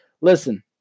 Listen